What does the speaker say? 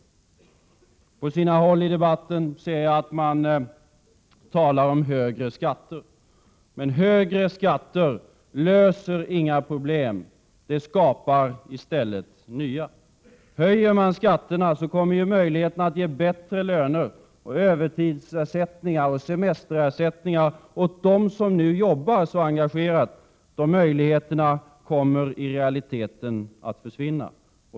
På sina håll talas det om högre skatter, men högre skatter löser inga problem — de skapar i stället nya. Höjer man skatterna, kommer möjligheterna att ge bättre löner, övertidsersättningar och semesterersättningar åt dem som nu arbetar så engagerat i realiteten att försvinna.